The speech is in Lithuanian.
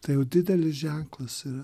tai jau didelis ženklas yra